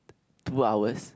two hours